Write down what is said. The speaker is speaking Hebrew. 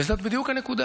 וזאת בדיוק הנקודה